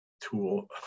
tool